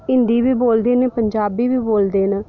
हिंदी बी बोलदे न पंजाबी बी बोलदे न